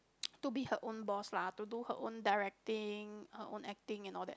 to be her own boss lah to do her own directing own acting and all that